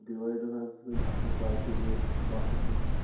divider حظ بنہِ اصٕل کالٹی وول باہ شیٚتھ رۅپیہِ